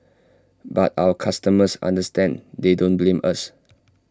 but our customers understand they don't blame us